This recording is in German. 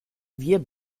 wir